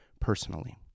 personally